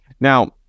Now